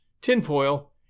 tinfoil